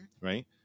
right